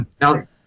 Now